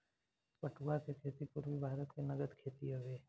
पटुआ के खेती पूरबी भारत के नगद खेती हवे